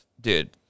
dude